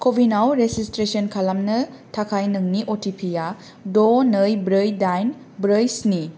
क'विनाव registration खालामनो थाखाय नोंनि अ टि पि आ द' नै ब्रै दाइन ब्रै स्नि